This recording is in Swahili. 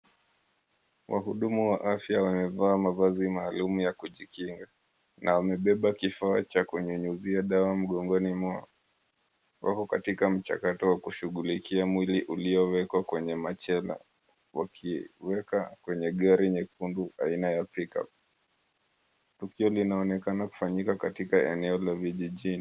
Wahudumu wa afya wamevaa mavazi maalum ya kujikinga, na wamebeba kifaa cha kunyunyuzia dawa mgongoni mwao. Wako katika mchakato wa kushughulikia mwili uliowekwa kwenye machela, wakiweka kwenye gari nyekundu aina ya pick-up . Tukio linaonekana kufanyika katika eneo la vijijini.